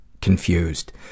confused